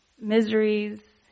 miseries